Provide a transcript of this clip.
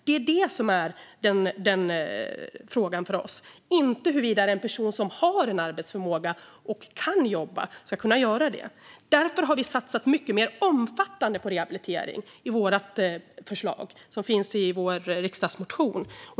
Det är detta som är frågan för oss, inte huruvida en person som har arbetsförmåga och kan jobba ska göra detta. Vi har därför satsat mycket mer omfattande på rehabilitering i vårt förslag, som finns i vår riksdagsmotion.